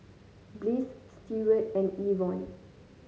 Bliss Steward and Evon